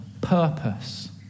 purpose